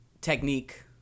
technique